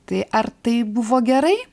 tai ar tai buvo gerai